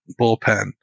bullpen